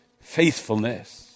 faithfulness